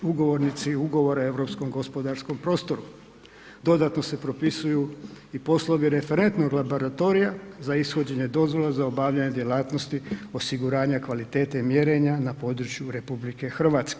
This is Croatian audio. Ugovornici ugovora u europskom gospodarskom prostoru, dodatno se propisuju i poslovi referentnog laboratorija za ishođenje dozvola za objavljenje djelatnosti osiguranja kvalitete mjerenja na području RH.